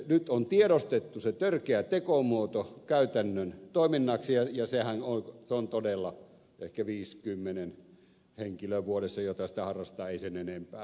nyt on tiedostettu se törkeä tekomuoto käytännön toiminnaksi ja sehän on todella ehkä viisi kymmenen henkilöä vuodessa jotka sitä harrastavat ei sen enempää